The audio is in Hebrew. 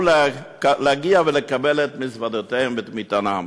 להגיע ולקבל את מזוודותיהם ואת מטענם.